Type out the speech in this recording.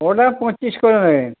ওটা পঁচিশ করে দেবেন